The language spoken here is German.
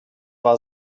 war